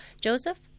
Joseph